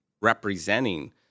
representing